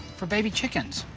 for baby chickens.